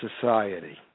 society